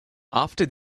after